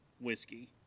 whiskey